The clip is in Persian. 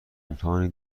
امتحانی